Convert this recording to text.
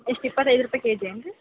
ಎಷ್ಟು ಇಪ್ಪತ್ತೈದು ರೂಪಾಯಿ ಕೆ ಜಿ ಏನು ರೀ